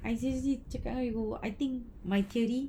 I seriously cakap dengan awak I think my theory